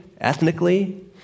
ethnically